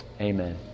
Amen